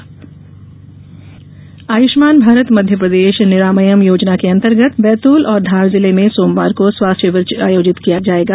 आयुष्मान भारत आयुष्मान भारत मध्यप्रदेश निरामयम योजना के अंतर्गत बैतूल और धार जिले में सोमवार को स्वास्थ्य शिविर आयोजित किया जाएगा